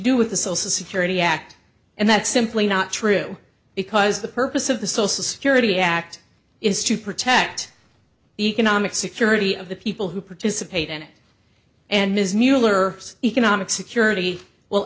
do with the social security act and that's simply not true because the purpose of the social security act is to protect the economic security of the people who participate in it and ms mueller economic security will